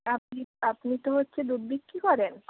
আপনি আপনি তো হচ্ছে দুধ বিক্রি করেন